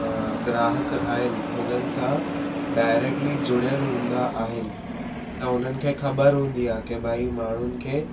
ग्राहक आहिनि हुननि सां डायरेक्टली जुड़ियल हूंदा आहिनि त उन्हनि खे ख़बरु हूंदी आहे की भाई माण्हुनि खे